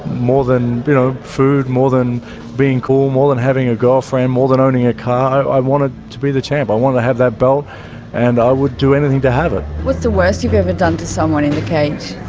more than you know food, more than being cool, more than having a girlfriend, more than owning a car i wanted to be the champ. i wanted to have that belt and i would do anything to have it. what's the worst you've ever done to someone in the cage?